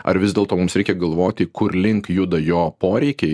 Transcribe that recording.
ar vis dėlto mums reikia galvoti kurlink juda jo poreikiai